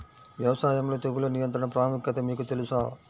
వ్యవసాయంలో తెగుళ్ల నియంత్రణ ప్రాముఖ్యత మీకు తెలుసా?